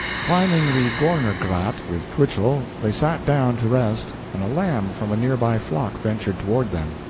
climbing the gorner grat with twichell, they sat down to rest, and a lamb from a near-by flock ventured toward them.